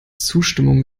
zustimmung